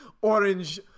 Orange